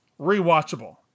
rewatchable